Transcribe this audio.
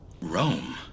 Rome